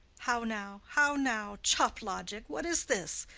how now, how now, choplogic? what is this?